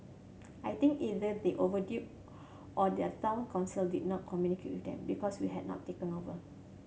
I think either they or their son council did not communicate with them because we had not taken over